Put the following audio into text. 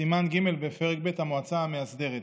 סימן ג' בפרק ב' (המועצה המאסדרת).